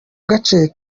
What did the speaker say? gace